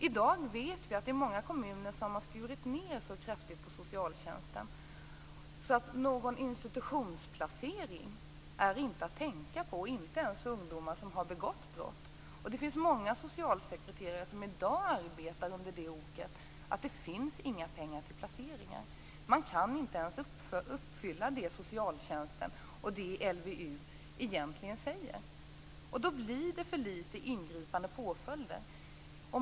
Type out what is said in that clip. I dag har man ju i många kommuner skurit ned så kraftigt på socialtjänsten att det inte är att tänka på någon institutionsplacering, inte ens för ungdomar som har begått brott. Många socialsekreterare arbetar i dag under ett ok; det finns inte några pengar till placeringar. Man kan inte ens uppfylla det som socialtjänsten och LVU egentligen säger. Då blir det för litet av ingripande påföljder.